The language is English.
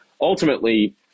ultimately